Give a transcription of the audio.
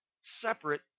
separate